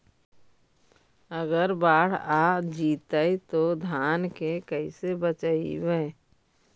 अगर बाढ़ आ जितै तो धान के कैसे बचइबै?